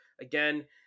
again